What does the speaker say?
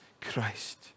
Christ